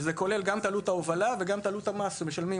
שזה כולל גם את עלות ההובלה וגם את עלות המס שמשלמים